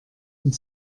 und